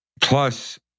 Plus